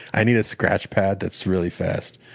i need a scratchpad that's really fast.